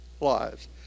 lives